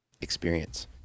experience